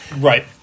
Right